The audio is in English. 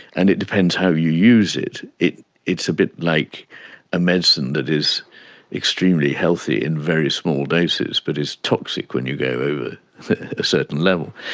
and it depends how you use it. it's a bit like a medicine that is extremely healthy in very small doses but is toxic when you go over a certain level.